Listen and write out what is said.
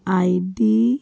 ID